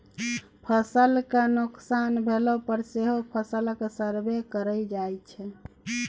फसलक नोकसान भेला पर सेहो फसलक सर्वे कएल जाइ छै